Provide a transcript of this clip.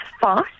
fast